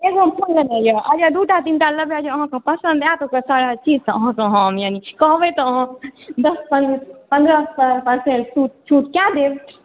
ईगो mobile लेनाइ यऽ जँ दूटा तीनटा लेबै अगर जँ अहाँकेँ पसन्द आयत ओकर सारा चीज सब अहाँके हम यानि कहबै तहन दाश पन्द्रह परसेन्ट छूट कए देब